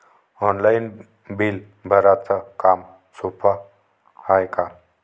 Online bill भराच काम सोपं हाय का?